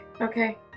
okay